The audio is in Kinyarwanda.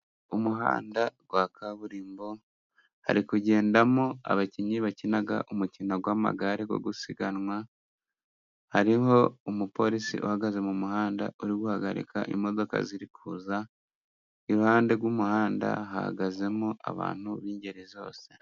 Umuhanda wa kaburimbo hari kugendamo abakinnyi bakina umukino w'amagare wo gusiganwa. Hariho umupolisi uhagaze mu muhanda uri guhagarika imodoka ziri kuza, iruhande rw'umuhanda hahagazemo abantu b'ingeri zose.